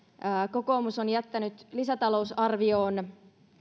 kokoomus on jättänyt lisätalousarvioon